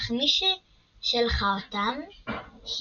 אך מי ששלחה אותם היא